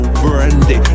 brandy